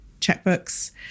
checkbooks